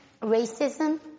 racism